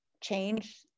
change